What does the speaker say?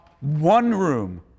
one-room